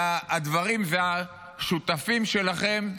אבל השותפים שלכם,